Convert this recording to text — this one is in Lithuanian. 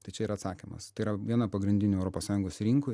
tai čia yra atsakymas tai yra viena pagrindinių europos sąjungos rinkų